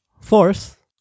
Fourth